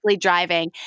driving